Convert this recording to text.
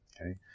Okay